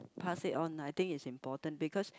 pass it on I think it's important because